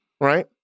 Right